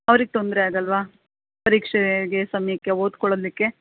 ಅವ್ರಿಗೆ ತೊಂದರೆ ಆಗಲ್ವ ಪರೀಕ್ಷೆಗೆ ಸಮಯಕ್ಕೆ ಓದ್ಕೊಳ್ಳಲಿಕ್ಕೆ